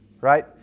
right